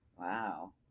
Wow